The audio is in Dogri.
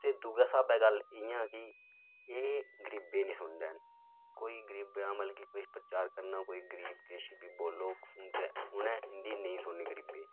दुए स्हाबै गल्ल इ'यां कि एह् गरीबें दी सुनी लैन कोई गरीबै दा मतलब कि किश प्रचार करना कोई गरीब केश बी बोलग उं'दे उनें इन्दी नेईं सुननी गरीबै दी